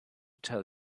tell